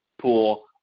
pool